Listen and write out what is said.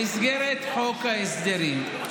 במסגרת חוק הסדרים,